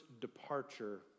departure